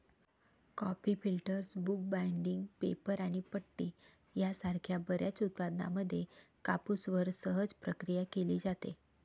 coffee filters, book binding, paper आणि पट्टी यासारख्या बर्याच उत्पादनांमध्ये कापूसवर सहज प्रक्रिया केली जाते